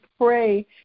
pray